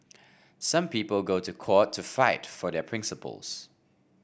some people go to court to fight for their principles